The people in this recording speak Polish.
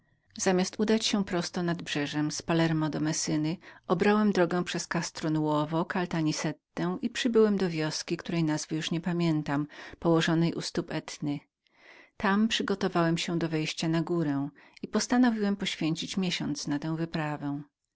zamiast udania się prosto nadbrzeżem z palermo do messyny obrałem drogę przez castro nuovo caltanizetę i przybyłem do wioski której nie pamiętam już nazwiska położonej u stóp etny tam przygotowałem się do wejścia na górę i postanowiłem poświęcić miesiąc na tę wyprawę